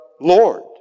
Lord